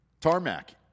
tarmac